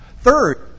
Third